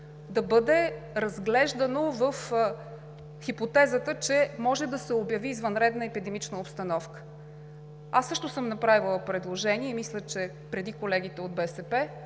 да бъде разглеждано в хипотезата, че може да се обяви извънредна епидемична обстановка. Аз също съм направила предложение и мисля, че преди колегите от БСП,